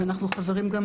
אנחנו חברים גם